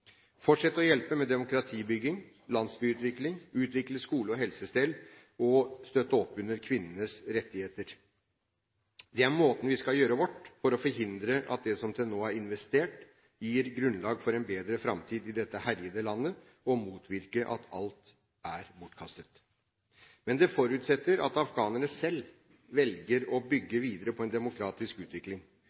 fortsette å hjelpe til med demokratibygging, landsbyutvikling, utvikle skole og helsestell og støtte opp under kvinnenes rettigheter. Det er måten vi skal gjøre vårt på for å sørge for at det som til nå er investert, gir grunnlag for en bedre framtid i dette herjede landet, og motvirke at alt er bortkastet. Men det forutsetter at afghanerne selv velger å bygge videre på en demokratisk utvikling